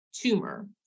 tumor